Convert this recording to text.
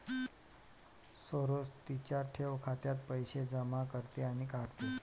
सरोज तिच्या ठेव खात्यात पैसे जमा करते आणि काढते